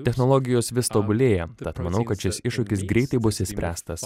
technologijos vis tobulėja tad manau kad šis iššūkis greitai bus išspręstas